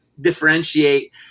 differentiate